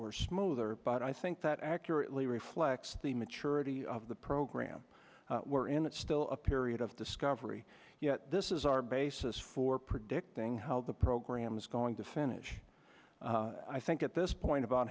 or smoother but i think that accurately reflects the maturity of the program we're in it's still a period of discovery yet this is our basis for predicting how the program is going to finish i think at this point about